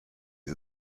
les